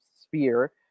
sphere